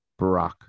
Barack